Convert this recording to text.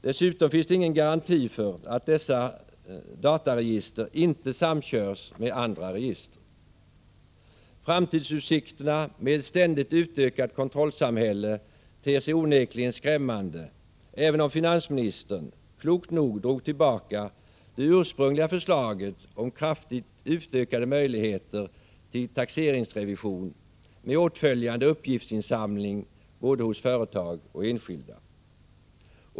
Dessutom finns det ingen garanti för att dessa dataregister inte samkörs med andra register. Framtidsutsikterna med ett ständigt utökat kontrollsamhälle ter sig onekligen skrämmande, även om finansministern klokt nog drog tillbaka det ursprungliga förslaget om kraftigt utökade möjligheter till taxeringsrevision med åtföljande uppgiftsinsamling både hos företag och hos enskilda.